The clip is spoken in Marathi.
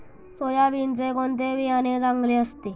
सोयाबीनचे कोणते बियाणे चांगले असते?